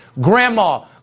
Grandma